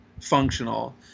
functional